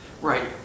Right